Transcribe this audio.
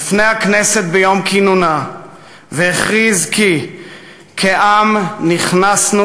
בפני הכנסת ביום כינונה והכריז כי כעם "נכנסנו